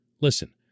Listen